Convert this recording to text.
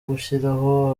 gushyiraho